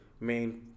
main